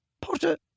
Potter